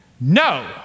No